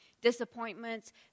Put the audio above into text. Disappointments